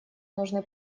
нужны